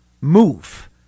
move